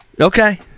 okay